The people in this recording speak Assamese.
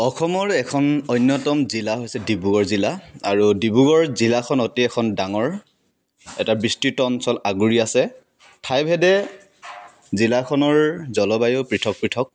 অসমৰ এখন অন্যতম জিলা হৈছে ডিব্ৰুগড় জিলা আৰু ডিব্ৰুগড় জিলাখন অতি এখন ডাঙৰ এটা বিস্তৃত অঞ্চল আগুৰি আছে ঠাই ভেদে জিলাখনৰ জলবায়ু পৃথক পৃথক